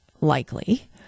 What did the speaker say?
likely